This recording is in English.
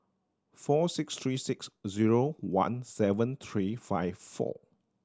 four six three six zero one seven three five four